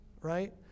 right